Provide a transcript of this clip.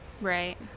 right